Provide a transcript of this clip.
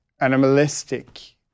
animalistic